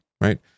right